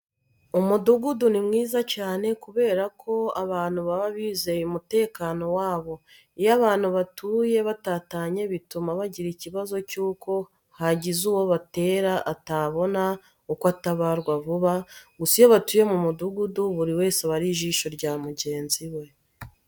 Umudugudu ni mwiza cyane kubera ko abantu baba bizeye umutekano wabo. Iyo abantu batuye batatanye bituma bagira ikibazo cy'uko hagize uwo batera atabona uko atabarwa vuba, gusa iyo batuye mu midugudu buri wese aba ari ijisho rya mugenzi we.